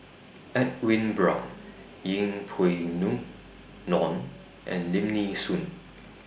Edwin Brown Yeng Pway Ngon and Lim Nee Soon